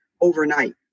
overnight